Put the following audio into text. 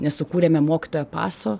nes sukūrėme mokytojo paso